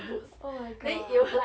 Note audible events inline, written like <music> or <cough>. <breath> oh my god